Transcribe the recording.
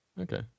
Okay